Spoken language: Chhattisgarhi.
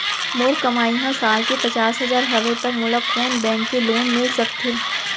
मोर कमाई ह साल के पचास हजार हवय त मोला कोन बैंक के लोन मिलिस सकथे?